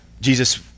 Jesus